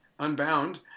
Unbound